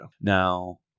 now